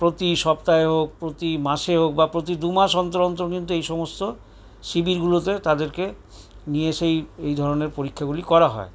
প্রতি সপ্তাহে হোক প্রতি মাসে হোক বা প্রতি দু মাস অন্তর অন্তর কিন্তু এই সমস্ত শিবিরগুলোতে তাদেরকে নিয়ে এসে এই ধরনের পরীক্ষাগুলি করা হয়